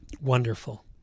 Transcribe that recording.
Wonderful